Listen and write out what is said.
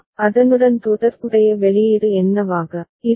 அதனுடன் தொடர்புடைய வெளியீடு என்னவாக இருக்கும்